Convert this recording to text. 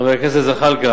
חבר הכנסת זחאלקה,